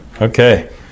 okay